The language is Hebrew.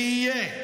שיהיה,